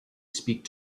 speak